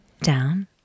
Down